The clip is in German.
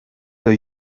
der